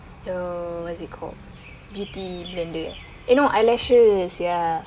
your what is it called beauty blender eh no eyelashes ya